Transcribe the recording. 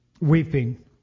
weeping